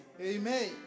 Amen